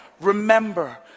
remember